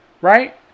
right